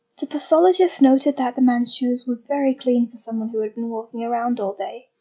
the pathologist noted that the man's shoes were very clean for someone who had been walking around all day,